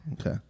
Okay